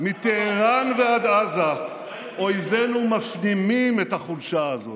מטהראן ועד עזה אויבינו מפנימים את החולשה זאת.